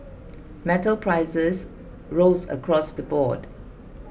metal prices rose across the board